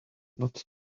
not